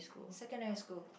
secondary school